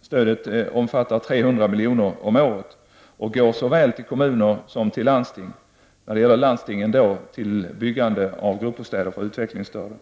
Stödet omfattar 300 milj.kr. om året och går såväl till kommuner som till landsting; när det gäller landstingen för byggande av gruppbostäder för utvecklingsstörda.